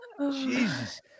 Jesus